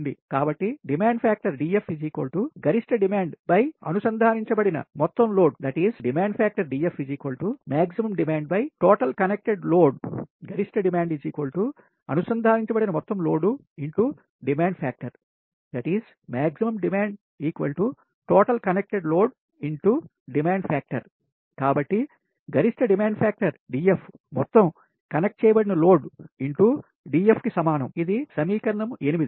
కాబట్టి demand factor DF గరిష్ట demand అనుసంధానించబడిన మొత్తం load Demand factor DF Maximum DemandTotalconnected load గరిష్ట డిమాండ్ అనుసంధానించబడిన మొత్తం load X demand factor maximum demand total connected load x demand factor కాబట్టి గరిష్ట డిమాండ్ ఫ్యాక్టర్ DF మొత్తం కనెక్ట్ చేయబడిన లోడ్ x DF కి సమానం ఇది సమీకరణం 8సరే